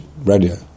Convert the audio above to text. radio